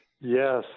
Yes